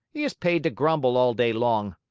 he is paid to grumble all day long.